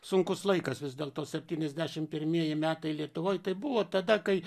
sunkus laikas vis dėlto septyniasdešimt pirmieji metai lietuvoje tai buvo tada kai